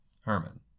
Herman